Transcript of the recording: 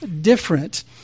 different